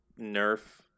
nerf